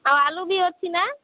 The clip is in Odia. ଆଉ ଆଳୁ ବି ଅଛି ନା